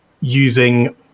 using